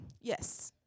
yes